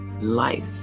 life